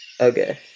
Okay